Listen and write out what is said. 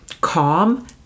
calm